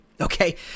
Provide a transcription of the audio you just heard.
okay